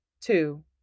Two